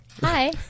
Hi